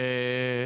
אוקי,